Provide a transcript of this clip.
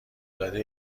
داده